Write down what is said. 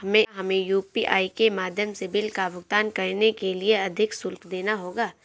क्या हमें यू.पी.आई के माध्यम से बिल का भुगतान करने के लिए अधिक शुल्क देना होगा?